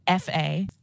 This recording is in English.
FA